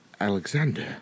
Alexander